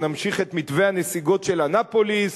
שנמשיך את מתווה הנסיגות של אנאפוליס,